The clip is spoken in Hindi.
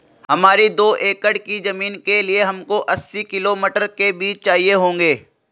हमारी दो एकड़ की जमीन के लिए हमको अस्सी किलो मटर के बीज चाहिए होंगे